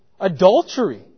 adultery